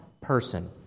person